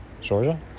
Georgia